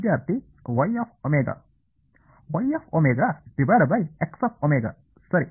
ವಿದ್ಯಾರ್ಥಿ ಸರಿ